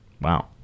Wow